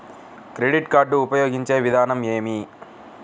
Credit card ఉపయోగించే విధానం ఏమి?